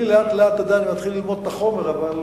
אני לאט לאט מתחיל ללמוד את החומר, אבל